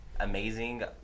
amazing